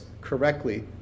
correctly